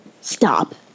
stop